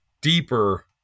deeper